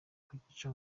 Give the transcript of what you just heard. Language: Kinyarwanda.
kugica